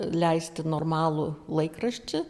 leisti normalų laikraštį